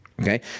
Okay